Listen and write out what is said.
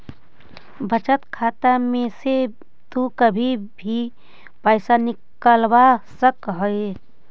बचत खाता में से तु कभी भी पइसा निकलवा सकऽ हे